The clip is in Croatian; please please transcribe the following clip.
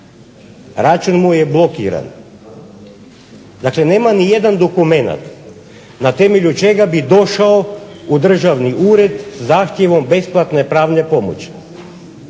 račun mu je blokiran, dakle nema nijedan dokumenat na temelju čega bi došao u Državni ured sa zahtjevom besplatne pravne pomoći.